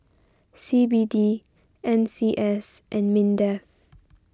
C B D N C S and Mindef